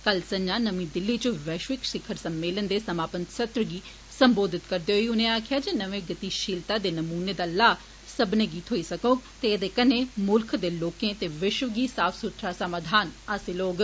कल संजा नमीं दिल्ली च वैश्विक शिखर सम्मेलन दे समापन सत्र गी सम्बोधित करदे होई उनें आक्खेआ जे नमें गतिशीलता दे नमूने दा लाह सब्बनें गी थ्होई सकौग ते ऐदे कन्नै मुल्ख दे लोकं दे विश्व गी साफ सुथरा समाधान हासिल होग